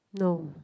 no